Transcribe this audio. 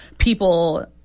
people